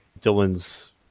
Dylan's